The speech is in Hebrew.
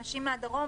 אנשים מהדרום,